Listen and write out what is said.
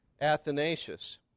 Athanasius